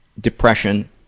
depression